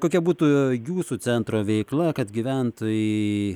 kokia būtų jūsų centro veikla kad gyventojai